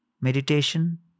meditation